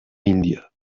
india